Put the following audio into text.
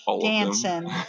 dancing